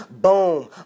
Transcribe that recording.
boom